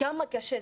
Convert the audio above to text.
כמה קשה.